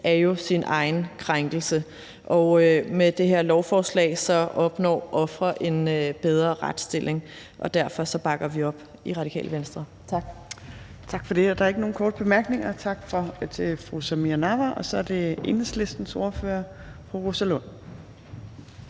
er jo en krænkelse i sig selv. Med det her lovforslag opnår ofre en bedre retsstilling. Derfor bakker vi op i Radikale Venstre. Tak. Kl. 15:22 Tredje næstformand (Trine Torp): Tak for det. Der er ikke nogen korte bemærkninger. Tak til fru Samira Nawa. Og så er det Enhedslistens ordfører, fru Rosa Lund.